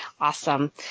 awesome